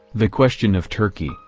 the question of turkey,